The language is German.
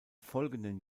folgenden